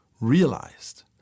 realized